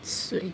suay